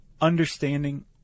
understanding